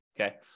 okay